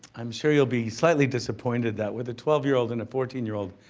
i'm sure you'll be slightly disappointed that with a twelve year old and a fourteen year old,